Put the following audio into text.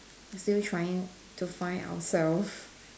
still trying to find ourselves